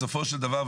בסופו של דבר,